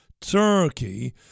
Turkey